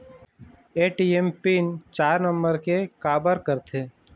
ATM PIN चार number के काबर करथे?